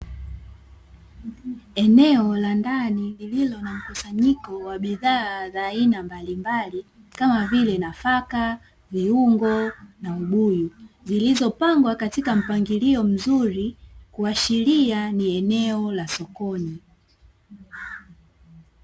Eneo la ndani lililo na mkusanyiko wa bidhaa za aina mbalimbali kama vile: nafaka, viungo, na ubuyu. Zilizopangwa katika mpangilio mzuri kuashiria ni eneo la sokoni.